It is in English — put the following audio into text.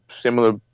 similar